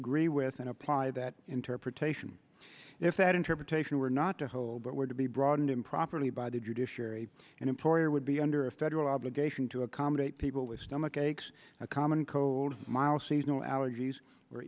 agree with and apply that interpretation if that interpretation were not to hold but were to be broadened improperly by the judiciary an employer would be under a federal obligation to accommodate people with stomach aches a common cold mild seasonal allergies or